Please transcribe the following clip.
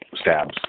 stabs